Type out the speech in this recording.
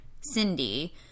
cindy